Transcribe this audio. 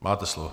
Máte slovo.